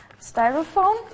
styrofoam